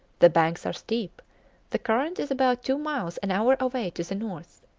the banks are steep the current is about two miles an hour away to the north.